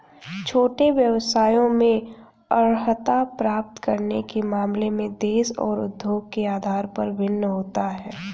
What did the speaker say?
छोटे व्यवसायों में अर्हता प्राप्त करने के मामले में देश और उद्योग के आधार पर भिन्न होता है